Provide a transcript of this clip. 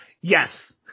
Yes